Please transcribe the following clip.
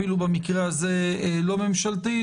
אפילו במקרה הזה לא ממשלתית,